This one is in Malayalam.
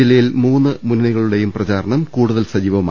ജില്ലയിൽ മൂന്ന് മുന്നണികളുടെയും പ്രചാ രണം കൂടുതൽ സജീവമായി